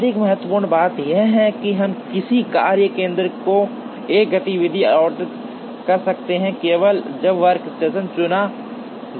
अधिक महत्वपूर्ण बात यह है कि हम किसी कार्य केंद्र को एक गतिविधि आवंटित कर सकते हैं केवल जब वर्कस्टेशन चुना जाता है